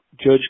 judge